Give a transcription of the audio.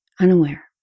unaware